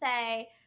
say